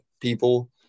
people